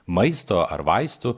maisto ar vaistų